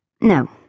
No